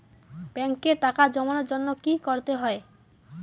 ব্যাংকে টাকা জমানোর জন্য কি কি করতে হয়?